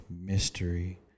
mystery